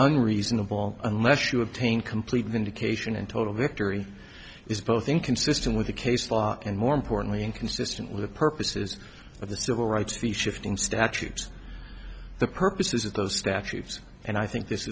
unreasonable unless you obtain complete indication and total victory is both inconsistent with the case law and more importantly inconsistent with the purposes of the civil rights of the shifting statutes the purposes of those statutes and i think this